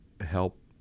help